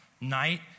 Night